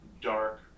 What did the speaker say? dark